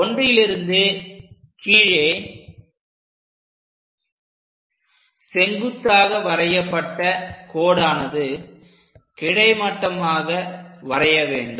1லிருந்து கீழே செங்குத்தாக வரையப்பட்ட கோடானது கிடைமட்டமாக வரைய வேண்டும்